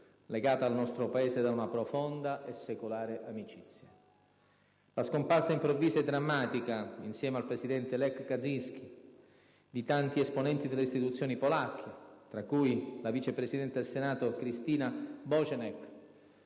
legata al nostro Paese da una profonda e secolare amicizia. La scomparsa improvvisa e drammatica, insieme al presidente Lech Kaczynski, di tanti esponenti delle istituzioni polacche - tra cui la vice presidente del Senato Krystina Bochenek,